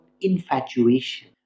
infatuation